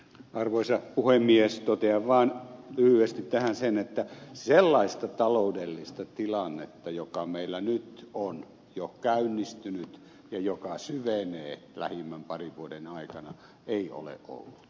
totean vaan lyhyesti tähän sen että sellaista taloudellista tilannetta joka meillä nyt on jo käynnistynyt ja joka syvenee lähimpien parin vuoden aikana ei ole ollut